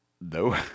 No